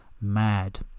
mad